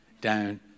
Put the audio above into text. down